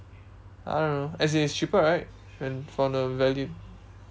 I don't know as in it's cheaper right and for the value